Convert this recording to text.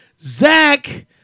Zach